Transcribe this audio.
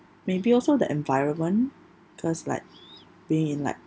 maybe also the environment cause like being in like